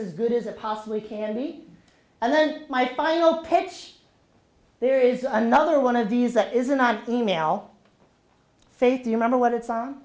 is good as it possibly can me and then my final pitch there is another one of these that isn't an e mail say to remember what it's on